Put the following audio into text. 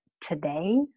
today